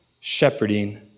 shepherding